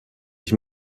ich